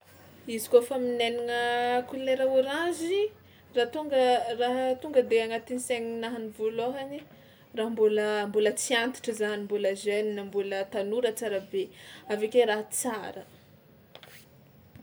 Izy kaofa minainagna kolera ôranzy, raha tonga raha tonga de agnatin'ny saigninahany voalôhany raha mbôla mbôla tsy antitra zany, mbôla jeune mbôla tanora tsara be avy ake raha tsara.